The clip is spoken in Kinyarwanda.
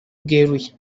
bweruye